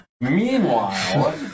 Meanwhile